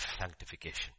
sanctification